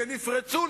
שנפרצו,